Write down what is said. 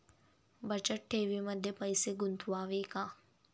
बचत ठेवीमध्ये पैसे गुंतवावे का?